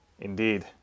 Indeed